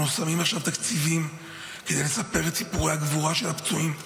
אנחנו שמים עכשיו תקציבים כדי לספר את סיפורי הגבורה של הפצועים.